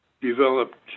developed